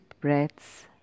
breaths